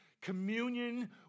communion